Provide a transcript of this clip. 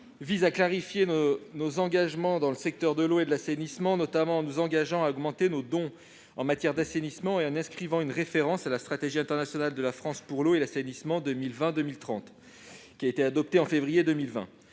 vise à clarifier nos engagements dans le secteur de l'eau et de l'assainissement, en prévoyant notamment une augmentation de nos dons à ce secteur et en inscrivant une référence à la stratégie internationale de la France pour l'eau et l'assainissement 2020-2030, qui a été adoptée en février 2020.